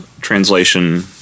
translation